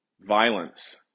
violence